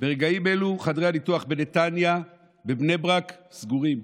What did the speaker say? ברגעים אלו חדרי הניתוח בנתניה ובבני ברק סגורים.